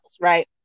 right